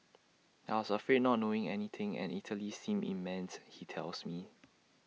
I was afraid not knowing anything and Italy seemed immense he tells me